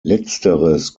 letzteres